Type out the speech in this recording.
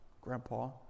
Grandpa